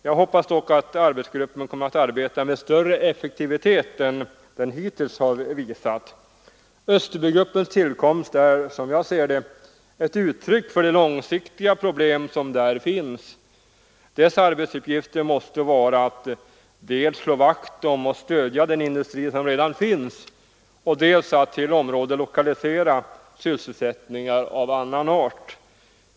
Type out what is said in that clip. Jag hoppas dock att arbetsgruppen kommer att arbeta med större effektivitet än den hittills har visat. Österbygruppens tillkomst är, som jag ser det, ett uttryck för de långsiktiga problem som här finns. Dess arbetsuppgifter måste vara att dels slå vakt om och stödja den industri som redan finns, dels till området lokalisera sysselsättningar av annan art.